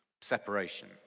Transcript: separation